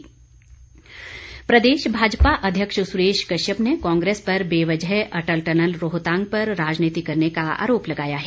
कश्यप प्रदेश भाजपा अध्यक्ष सुरेश कश्यप ने कांग्रेस पर बेवजह अटल टनल रोहतांग पर राजनीति करने का आरोप लगाया है